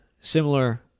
similar